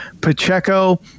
Pacheco